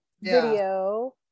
video